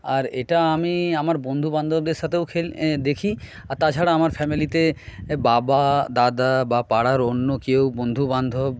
আর এটা আমি আমার বন্ধুবান্ধদের সাথেও দেখি আর তাছাড়া আমার ফ্যামিলিতে বাবা দাদা বা পাড়ার অন্য কেউ বন্ধুবান্ধব